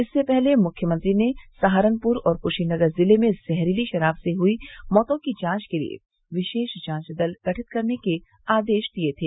इससे पहले मुख्यमंत्री ने सहारनपुर और कुशीनगर जिले में जहरीली शराब से हुई मौतों की जांच के लिए विशेष जांच दल गठित करने के आदेश दिये थे